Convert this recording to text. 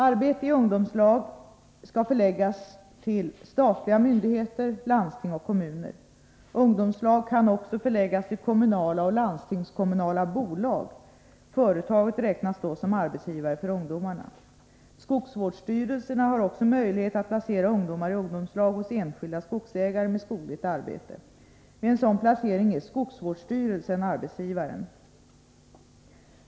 Arbete i ungdomslag skall förläggas till statliga myndigheter, landsting och kommuner. Ungdomslag kan också förläggas till kommunala och landstingskommunala bolag. Företaget räknas då som arbetsgivare för ungdomarna. Skogsvårdsstyrelserna har också möjlighet att placera ungdomar i ungdomslag hos enskilda skogsägare med skogligt arbete. Vid en sådan placering är skogsvårdsstyrelsen arbetsgivaren.